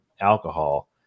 alcohol